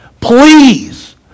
please